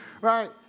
Right